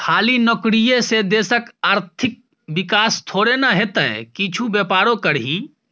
खाली नौकरीये से देशक आर्थिक विकास थोड़े न हेतै किछु बेपारो करही